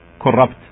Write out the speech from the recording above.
corrupt